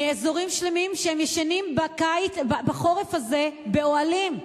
מאזורים שלמים, שישנים בחורף הזה באוהלים.